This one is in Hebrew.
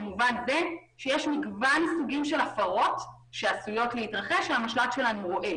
במובן זה שיש מגוון סוגים של הפרות שעשויות להתרחש שהמשל"ט שלנו רואה.